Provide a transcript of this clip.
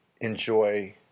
enjoy